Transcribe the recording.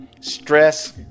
stress